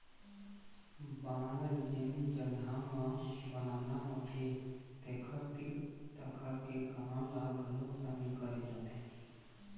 बांध जेन जघा म बनाना होथे तेखर तीर तखार के गाँव ल घलोक सामिल करे जाथे